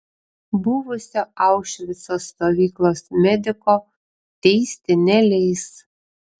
buvusio aušvico stovyklos mediko teisti neleis